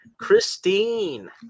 Christine